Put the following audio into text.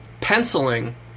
penciling